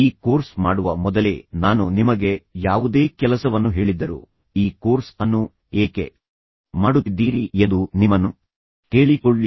ಈ ಕೋರ್ಸ್ ಮಾಡುವ ಮೊದಲೇ ನಾನು ನಿಮಗೆ ಯಾವುದೇ ಕೆಲಸವನ್ನು ಹೇಳಿದ್ದರು ಈ ಕೋರ್ಸ್ ಅನ್ನು ಏಕೆ ಮಾಡುತ್ತಿದ್ದೀರಿ ಎಂದು ನಿಮ್ಮನ್ನು ಕೇಳಿಕೊಳ್ಳಿ